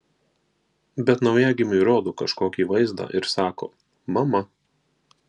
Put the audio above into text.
bet naujagimiui rodo kažkokį vaizdą ir sako mama